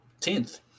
10th